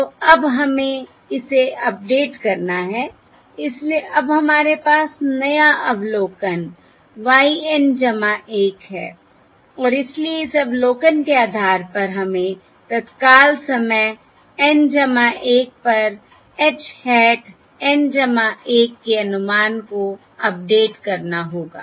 तो अब हमें इसे अपडेट करना है इसलिए अब हमारे पास नया अवलोकन y N 1 है और इसलिए इस अवलोकन के आधार पर हमें तत्काल समय N 1 पर h hat N 1 के अनुमान को अपडेट करना होगा